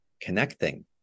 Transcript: connecting